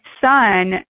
son